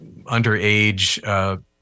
underage